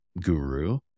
guru